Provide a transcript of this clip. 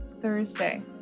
Thursday